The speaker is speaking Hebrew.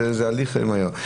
זה הליך מהיר.